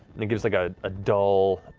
and it gives like ah a dull,